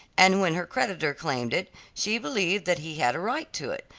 and when her creditor claimed it, she believed that he had a right to it,